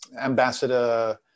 Ambassador